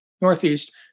Northeast